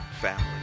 family